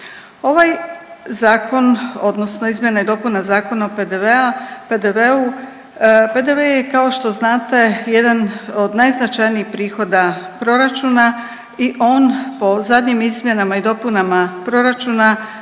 Ovaj zakon odnosno izmjena i dopuna Zakona o PDV-u, PDV je kao što znate jedan od najznačajnijih prihoda proračuna i on po zadnjim izmjenama i dopunama proračuna